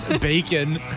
bacon